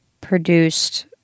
produced